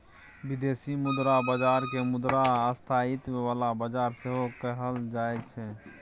बिदेशी मुद्रा बजार केँ मुद्रा स्थायित्व बला बजार सेहो कहल जाइ छै